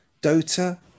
Dota